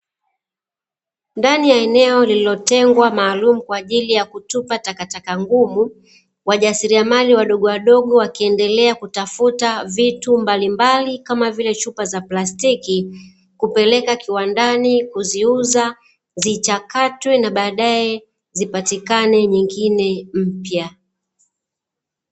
Ndani ya eneo lililotengwa maalum kwaajili ya kutupa takataka ngumu, wajasiriamali wadogowadogo wakiendelea kutafuta vitu mbalimbali kama vile chupa za plastiki, kupeleka kiwandani kuziuza, zichakatwe na baadaye zipatikane nyingen mpya.